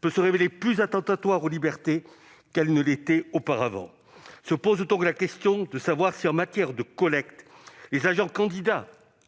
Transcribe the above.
peut se révéler plus attentatoire aux libertés qu'elle ne l'était auparavant. Se pose donc la question suivante : en matière de collecte, les agents candidats